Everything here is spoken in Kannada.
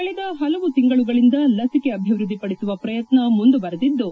ಕಳೆದ ಹಲವು ತಿಂಗಳುಗಳಿಂದ ಲಸಿಕೆ ಅಭಿವೃದ್ದಿ ಪಡಿಸುವ ಪ್ರಯತ್ನ ಮುಂದುವರೆದಿದ್ದು